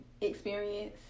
experience